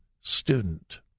student